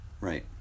Right